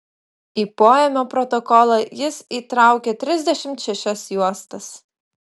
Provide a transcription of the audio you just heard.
į poėmio protokolą jis įtraukė trisdešimt šešias juostas